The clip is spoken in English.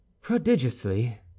Prodigiously